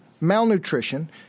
malnutrition